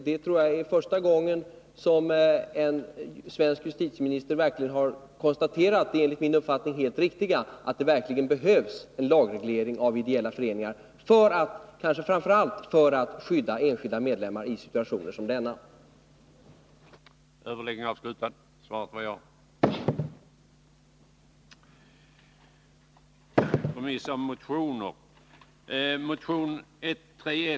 Jag tror att det är första gången som en svensk justitieminister har konstaterat vad som enligt min uppfattning är helt riktigt, nämligen att det verkligen behövs en lagreglering av ideella föreningar, kanske framför allt för att skydda enskilda medlemmar i situationer som den de tio lärarna råkat in 1.